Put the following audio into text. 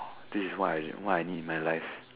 this is what what I need in my life